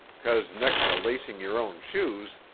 cause next to lacing your own shoes,